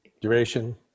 Duration